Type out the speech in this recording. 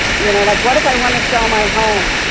you know like what if i wanna sell my home?